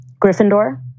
Gryffindor